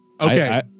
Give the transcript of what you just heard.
Okay